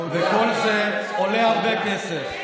וכל זה עולה הרבה כסף,